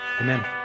amen